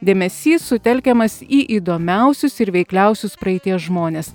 dėmesys sutelkiamas į įdomiausius ir veikliausius praeities žmones